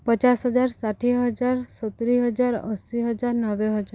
ପଚାଶ ହଜାର ଷାଠିଏ ହଜାର ସତୁରି ହଜାର ଅଶୀ ହଜାର ନବେ ହଜାର